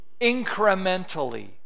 incrementally